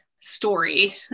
story